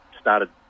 started